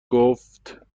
گفت